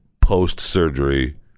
post-surgery